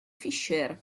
fisher